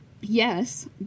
Yes